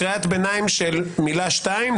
קריאת ביניים של מילה שתיים,